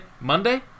Monday